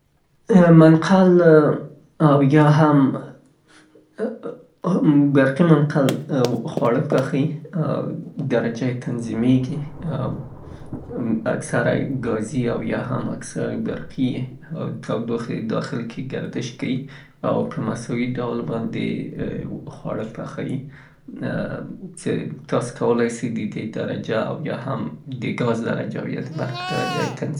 د منقل د کارولو طریقه البته داسې ده څې منقل باید چالان سي، د تودوخې درجه یې باید عیار سي، او دا هغه د ګرمې هوا په واسطه چې داخل کې تولیدیږي، دهغې پواسطه باندې مونږ او تاسې خواړه پاخه کړو او یا هم کولای سو ګرم یې کړو، نظر هغه حرارت ته چې مونږ یې تعینوو.